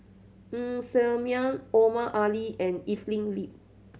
Ng Ser Miang Omar Ali and Evelyn Lip